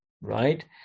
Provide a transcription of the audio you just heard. right